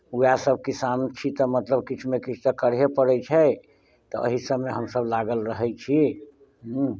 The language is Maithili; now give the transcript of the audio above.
उएहसभ किसान छी तऽ मतलब किछु ने किछु तऽ करहे पड़ैत छै तऽ एहिसभमे हमसभ लागल रहैत छी